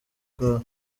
col